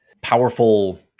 powerful